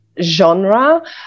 genre